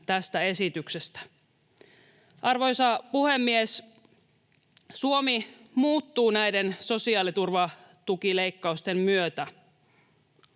tästä esityksestä. Arvoisa puhemies! Suomi muuttuu näiden sosiaaliturvatukileikkausten myötä,